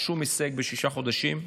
שום הישג בשישה חודשים,